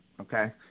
okay